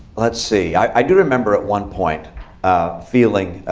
let's see. i do remember at one point ah feeling